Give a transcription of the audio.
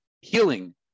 healing